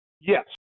Yes